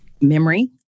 memory